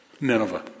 Nineveh